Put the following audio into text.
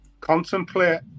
contemplate